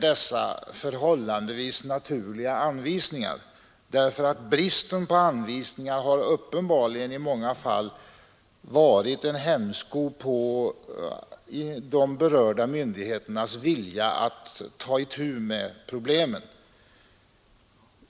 dessa förhållandevis naturliga anvisningar kom till, ty bristen på de anvisningarna har uppenbarligen i många fall varit en hämsko på de berörda myndigheternas vilja att ta itu med problemen.